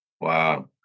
Wow